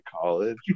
college